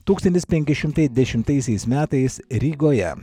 tūkstantis penki šimtai dešimtaisiais metais rygoje